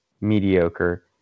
mediocre